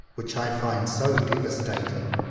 which i find so devastating!